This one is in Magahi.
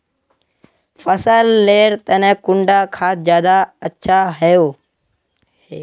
फसल लेर तने कुंडा खाद ज्यादा अच्छा हेवै?